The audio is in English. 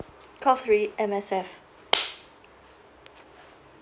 call three M_S_F